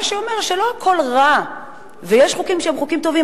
מה שאומר שלא הכול רע ויש חוקים שהם חוקים טובים,